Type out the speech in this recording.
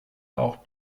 auch